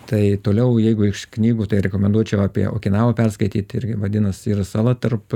tai toliau jeigu iš knygų tai rekomenduočiau apie okinavą perskaityti irgi vadinas yra sala tarp